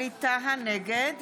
נגד